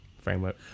framework